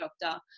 doctor